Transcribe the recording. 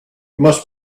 must